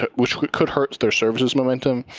ah which could hurt their services momentum.